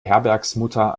herbergsmutter